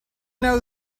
know